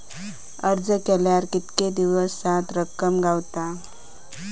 अर्ज केल्यार कीतके दिवसात रक्कम गावता?